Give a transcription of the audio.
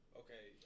okay